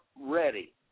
ready